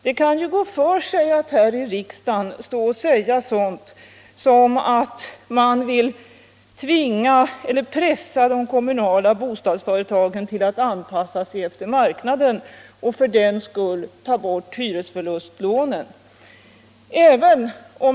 Det kan kanske gå för sig att här i riksdagen säga sådant som att man vill pressa de kommunala bostadsföretagen att anpassa sig efter marknaden och för den skull ta bort hyresförlustlånen.